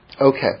Okay